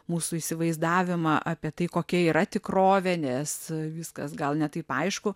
mūsų įsivaizdavimą apie tai kokia yra tikrovė nes viskas gal ne taip aišku